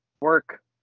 work